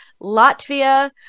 Latvia